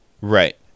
right